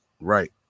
Right